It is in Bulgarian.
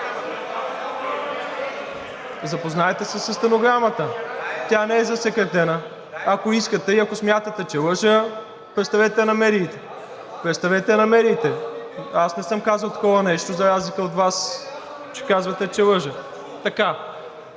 Запознайте се със стенограмата, тя не е засекретена. Ако искате и ако смятате, че лъжа, представете я на медиите. Представете я на медиите! Аз не съм казал такова нещо за разлика от Вас. Казвате, че лъжа. Тогава